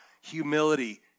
humility